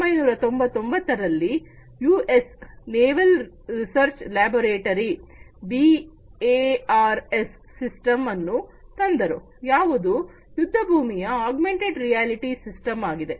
1999 ರಲ್ಲಿ US naval research laboratory BARS system ಅನ್ನು ತಂದರು ಯಾವುದು ಯುದ್ಧಭೂಮಿಯ ಆಗ್ಮೆಂಟೆಡ್ ರಿಯಾಲಿಟಿಯ ಸಿಸ್ಟಮ್ ಆಗಿದೆ